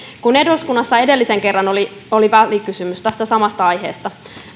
kun eduskunnassa edellisen kerran oli oli välikysymys tästä samasta aiheesta